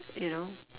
you know